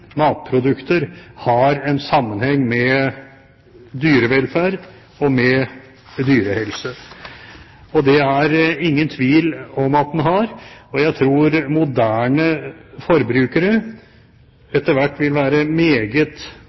matprodukter har en sammenheng med dyrevelferd og med dyrehelse. Det er det ingen tvil om at den har, og jeg tror moderne forbrukere etter hvert vil være meget